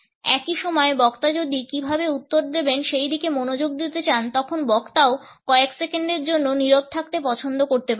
একই সময়ে বক্তা যদি কীভাবে উত্তর দেবেন সেইদিকে মনোযোগ দিতে চান তখন বক্তাও কয়েক সেকেন্ডের জন্য নীরব থাকতে পছন্দ করতে পারেন